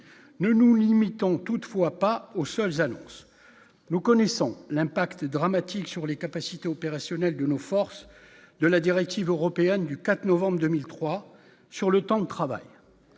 ne nous limitons toutefois pas aux seules annonces nous connaissons l'impact dramatique sur les capacités opérationnelles de nos forces de la directive européenne du 4 novembre 2003 sur le temps de travail,